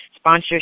Sponsorship